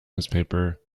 newspaper